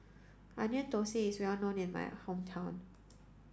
Onion Thosai is well known in my hometown